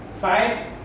Five